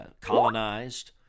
colonized